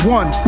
one